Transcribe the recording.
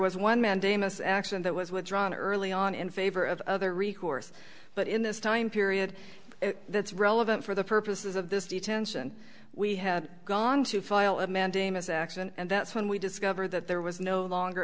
was one mandamus action that was withdrawn early on in favor of other recourse but in this time period that's relevant for the purposes of this detention we had gone to file a mandamus action and that's when we discovered that there was no longer